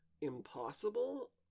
impossible